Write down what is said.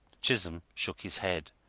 chisholm shook his head,